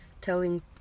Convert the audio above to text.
telling